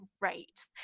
great